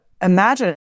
imagine